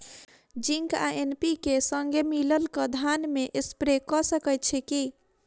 Zinc आ NPK, संगे मिलल कऽ धान मे स्प्रे कऽ सकैत छी की?